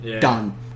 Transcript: done